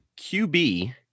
QB